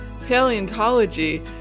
paleontology